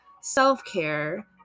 self-care